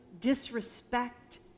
disrespect